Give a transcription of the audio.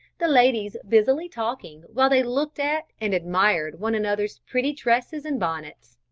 the ladies busily talking, while they looked at and admired one another's pretty dresses and bonnets.